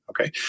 Okay